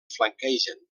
flanquegen